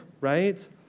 right